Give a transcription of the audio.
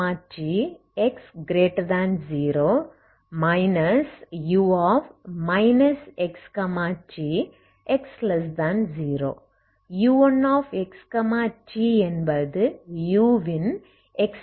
u1xt என்பது u ன் extension function ஆகும்